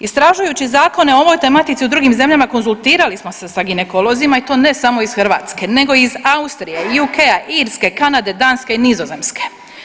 Istražujući zakone o ovoj tematici u drugim zemljama konzultirali smo se sa ginekolozima i to ne samo iz Hrvatske, nego iz Austrije i UK-a, Irske, Kanade, Danske i Nizozemske.